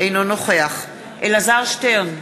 אינו נוכח אלעזר שטרן,